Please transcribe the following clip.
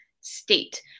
state